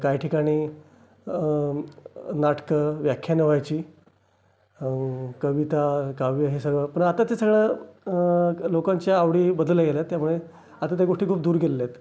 काही ठिकाणी नाटकं व्याख्यानं व्हायची कविता काव्य हे सगळं पण आता ते सगळं लोकांच्या आवडी बदलल्या गेल्या आहेत त्यामुळे आता त्या गोष्टी खूप दूर गेलेल्या आहेत